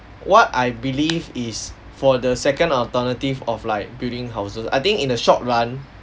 what I believe is for the second alternative of like building houses I think in the short run